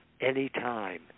anytime